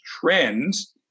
trends